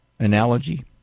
analogy